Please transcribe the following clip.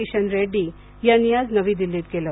किशन रेड्डी यांनी आज नवी दिल्लीत केलं